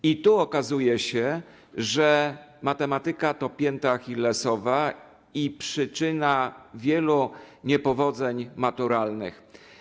I tu okazuje się, że matematyka to ich pięta achillesowa i przyczyna wielu niepowodzeń maturalnych.